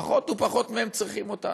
פחות ופחות מהם צריכים אותנו,